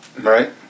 Right